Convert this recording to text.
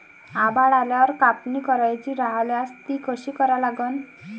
आभाळ आल्यावर कापनी करायची राह्यल्यास ती कशी करा लागन?